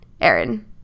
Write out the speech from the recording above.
Aaron